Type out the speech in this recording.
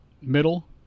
middle